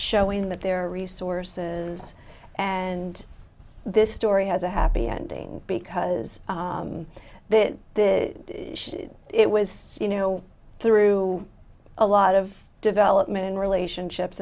showing that there are resources and this story has a happy ending because that that it was you know through a lot of development and relationships